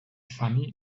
funny